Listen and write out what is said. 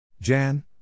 Jan